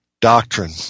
doctrine